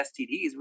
STDs